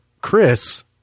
Chris